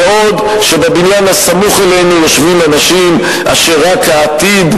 בעוד שבבניין הסמוך אלינו יושבים אנשים אשר רק העתיד,